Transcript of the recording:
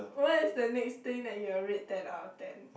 what is the next thing that you will rate ten out of ten